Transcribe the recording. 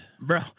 bro